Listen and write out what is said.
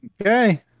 Okay